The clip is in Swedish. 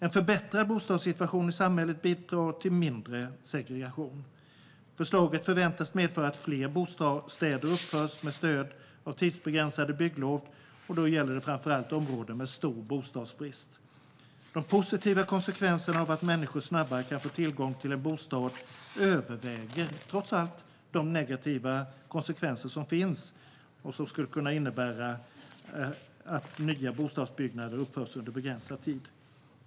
En förbättrad bostadssituation i samhället bidrar till mindre segregation. Förslaget förväntas medföra att fler bostäder uppförs med stöd av tidsbegränsade bygglov. Det gäller främst i områden med stor bostadsbrist. De positiva konsekvenserna av att människor snabbare kan få tillgång till en bostad överväger trots allt de negativa konsekvenser det skulle kunna innebära att nya bostadsbyggnader uppförs under begränsad tid.